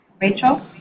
Rachel